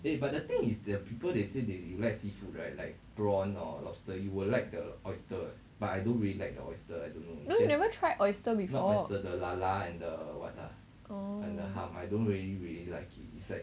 no never try the oyster before orh